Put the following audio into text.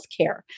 healthcare